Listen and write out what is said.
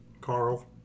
Carl